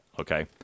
okay